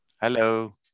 Hello